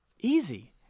easy